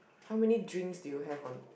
how many drinks did you have on